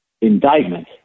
indictment